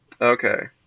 Okay